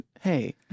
Hey